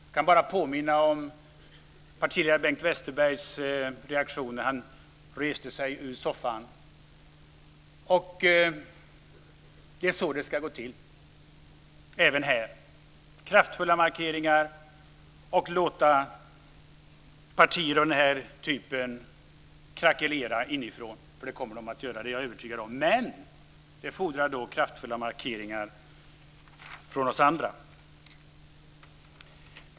Jag kan bara påminna om partiledare Bengt Westerbergs reaktion när han i TV reste sig ur soffan. Det är så det ska gå till även här: kraftfulla markeringar, och låta partier av den här typen krakelera inifrån. Det kommer de att göra. Det är jag övertygad om. Men det fordrar kraftfulla markeringar från oss andra.